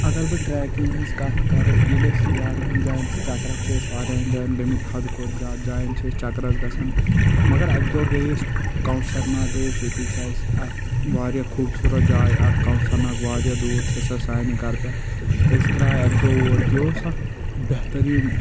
اگر بہٕ ٹریکِنگ ہِنٛز کتھ کرٕ ییٚلہِ أسۍ واریاہن جاین چھ چکرس چھ أسۍ واریاہن جاین گٔمٕتۍ حد کھۄتہٕ زیٛادٕ جاین چھ أسۍ چکرس گژھان مگر اَکہِ دۄہ گٔے أسۍ کونثر ناگ گٔے أسی ییٚتہِ چھ اَسہِ اکھ واریاہ خوٗبصورت جاے اکھ کونثر ناگ واریاہ دوٗر چھ سۄ سانہِ گرٕ پٮ۪ٹھ أسۍ درٛاے اَکہِ دۄہ اور یہِ اوس اکھ بہتریٖن